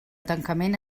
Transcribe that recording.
tancament